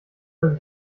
man